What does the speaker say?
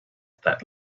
that